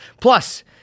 Plus